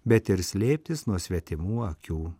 bet ir slėptis nuo svetimų akių